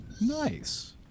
Nice